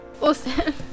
Awesome